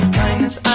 kindness